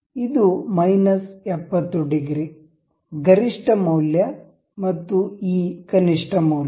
ಇದು minus 70 degree ಗರಿಷ್ಠ ಮೌಲ್ಯ ಮತ್ತು ಈ ಕನಿಷ್ಠ ಮೌಲ್ಯ